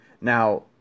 Now